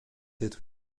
être